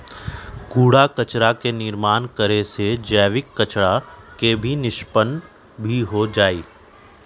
कूड़ा कचरा के निर्माण करे से जैविक कचरा के निष्पन्न भी हो जाहई